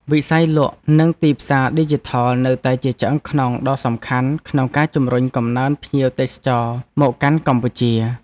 វិស័យលក់និងទីផ្សារឌីជីថលនៅតែជាឆ្អឹងខ្នងដ៏សំខាន់ក្នុងការជំរុញកំណើនភ្ញៀវទេសចរមកកាន់កម្ពុជា។